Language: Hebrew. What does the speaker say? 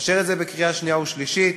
נאשר את זה בקריאה שנייה ושלישית,